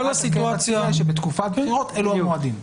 בתקופת בחירות, אלה המועדים.